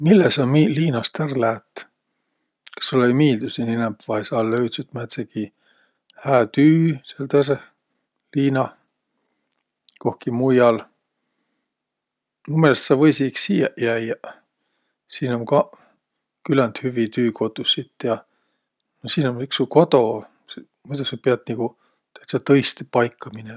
Mille sa miiq liinast ärq läät? Kas sullõ ei miildüq siin inämb vai sa löüdset määntsegi hää tüü sääl tõõsõh liinah, kohki muial? Mu meelest sa võisiq iks siiäq jäiäq. Siin um kaq küländ hüvvi tüükotussit ja. No siin um iks su kodo. S- muidu sa piät nigu täütsä tõistõ paika minemä.